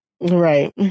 right